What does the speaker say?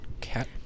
cat